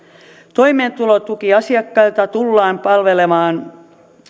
toimeentulotukiasiakkaita tullaan palvelemaan